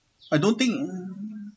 I don't think